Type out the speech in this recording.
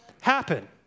happen